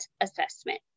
Assessment